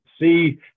see